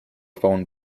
phone